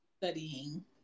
studying